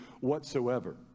whatsoever